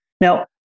Now